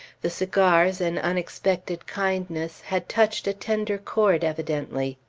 the cigars, an unexpected kindness, had touched a tender cord evidently.